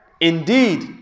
Indeed